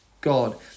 God